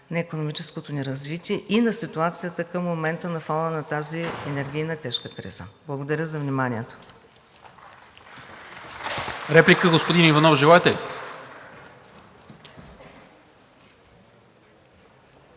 на икономическото ни развитие и на ситуацията към момента на фона на тази енергийна тежка криза. Благодаря за вниманието.